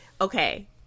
okay